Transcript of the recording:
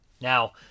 Now